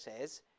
says